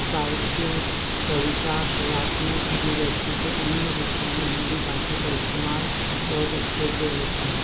साहित्य कविता कलात्मक अभिव्यक्ति के अन्य रूपों में हिंदी भाषा का इस्तेमाल बहुत अच्छे से होता है